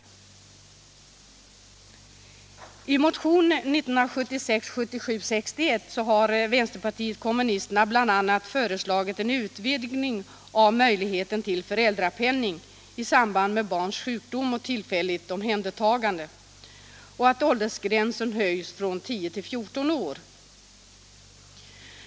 sep kesnsg hokikanioedlnksrnr I motionen 1976/77:61 har vänsterpartiet kommunisterna bl.a. före — Föräldraförsäkringslagit en utvidgning av möjligheten till föräldrapenning i samband med = en, m.m. barns sjukdom och tillfälligt omhändertagande och en höjning av åldersgränsen från 10 till 14 år.